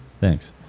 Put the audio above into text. thanks